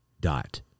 dot